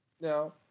Now